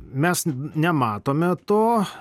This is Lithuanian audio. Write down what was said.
mes nematome to